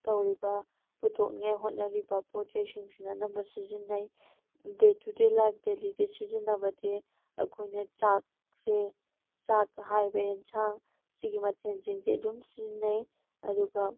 ꯇꯧꯔꯤꯕ ꯄꯨꯊꯣꯛꯅꯤꯡꯉꯥꯏ ꯍꯣꯠꯅꯔꯤꯕ ꯄꯣꯠ ꯆꯩꯁꯤꯡꯁꯤꯅ ꯑꯅꯝꯕ ꯁꯤꯖꯤꯟꯅꯩ ꯗꯦ ꯇꯨ ꯗꯦ ꯂꯥꯏꯐ ꯗꯦꯜꯂꯤꯗ ꯁꯤꯖꯤꯟꯅꯕꯗꯤ ꯑꯩꯈꯣꯏꯅ ꯆꯥꯛꯁꯦ ꯆꯥꯛ ꯍꯥꯏꯕ ꯌꯦꯟꯁꯥꯡ ꯁꯤꯒꯤ ꯃꯊꯦꯜꯁꯤꯡꯁꯦ ꯑꯗꯨꯝ ꯁꯤꯖꯤꯟꯅꯩ ꯑꯗꯨꯒ